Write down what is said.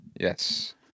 Yes